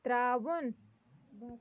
ترٛاوُن